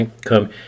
come